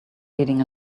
leading